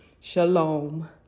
Shalom